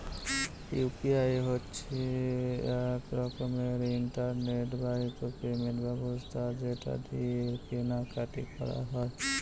UPI হচ্ছে এক রকমের ইন্টারনেট বাহিত পেমেন্ট ব্যবস্থা যেটা দিয়ে কেনা কাটি করা যায়